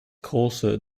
coarser